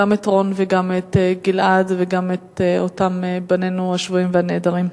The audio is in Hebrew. גם את רון וגם את גלעד וגם את אותם בנינו השבויים והנעדרים.